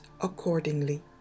accordingly